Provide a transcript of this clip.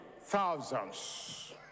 thousands